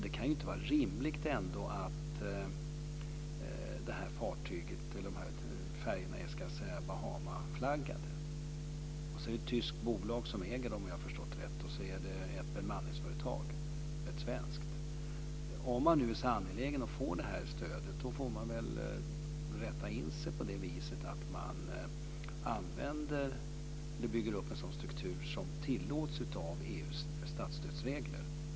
Det kan inte vara rimligt att färjorna är Bahamasflaggade, sedan är det ett tyskt bolag som äger dem och sedan är det ett svenskt bemanningsföretag som bemannar dem. Om man är så angelägen att få stödet får man väl rätta in sig så att man bygger upp en struktur som tillåts av EU:s statsstödsregler.